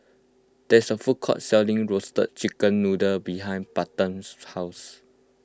there is a food court selling Roasted Chicken Noodle behind Payten's house